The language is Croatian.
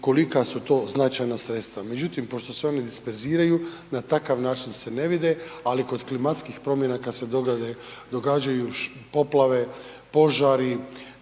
koliko su to značajna sredstva. Međutim pošto se ona disperziraju, na takav način se ne vide ali kod klimatskih promjena kad se događaju poplave, požari,